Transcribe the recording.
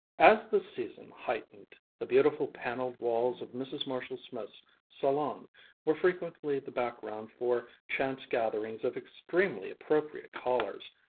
as the season heightened, the beautiful paneled walls of mrs. marshall-smith's salon were frequently the background for chance gatherings of extremely appropriate callers.